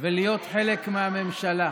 ולהיות חלק מהממשלה,